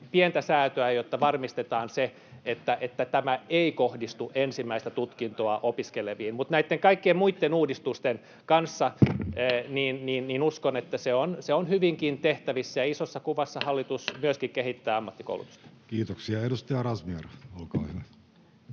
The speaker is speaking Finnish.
pientä säätöä, jotta varmistetaan se, että tämä ei kohdistu ensimmäistä tutkintoa opiskeleviin. Mutta uskon, että näitten kaikkien muitten uudistusten kanssa se on hyvinkin tehtävissä. Isossa kuvassa hallitus myöskin kehittää ammattikoulutusta. Kiitoksia. — Edustaja Razmyar, olkaa hyvä.